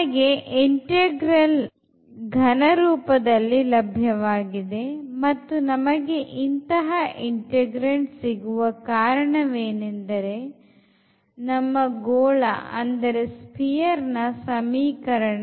ನಮಗೆ ಇಂಟೆಗ್ರಾಲ್ ಘನರೂಪದಲ್ಲಿ ಲಭ್ಯವಾಗಿದೆ ಮತ್ತು ನಮಗೆ ಇಂಥ integrand ಸಿಗುವ ಕಾರಣವೇನೆಂದರೆ ನಮ್ಮ ಗೋಳದ ಸಮೀಕರಣ